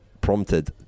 prompted